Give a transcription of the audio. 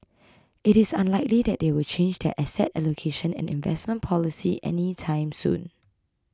it is unlikely that they will change their asset allocation and investment policy any time soon